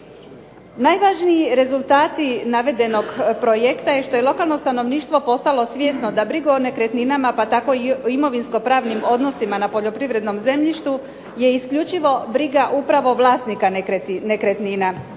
Najvažniji rezultat navedenog projekta je što je lokalno stanovništvo postalo svjesno da brigu o nekretnina pa tako i imovinsko-pravnim odnosima na poljoprivrednom zemljištu je isključivo briga upravo vlasnika nekretnina.